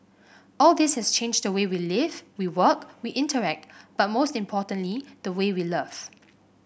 all this has changed the way we live we work we interact but most importantly the way we love